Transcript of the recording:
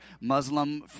muslim